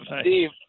Steve